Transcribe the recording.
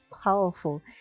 powerful